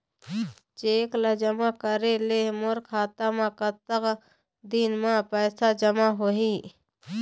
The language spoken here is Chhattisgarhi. चेक ला जमा करे ले मोर खाता मा कतक दिन मा पैसा जमा होही?